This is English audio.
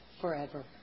forever